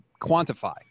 quantify